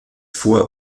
vor